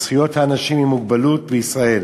על זכויות האנשים עם מוגבלות בישראל